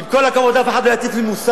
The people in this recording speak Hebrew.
עם כל הכבוד, אף אחד לא יטיף לי מוסר.